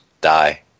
die